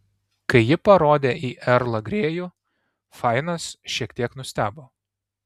kai ji parodė į erlą grėjų fainas šiek tiek nustebo